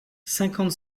cinquante